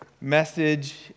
message